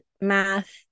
math